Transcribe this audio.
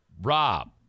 Rob